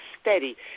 steady